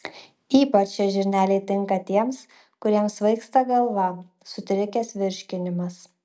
ypač šie žirneliai tinka tiems kuriems svaigsta galva sutrikęs virškinimas